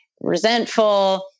resentful